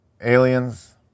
aliens